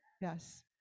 Yes